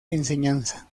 enseñanza